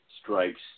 Stripes